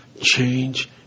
change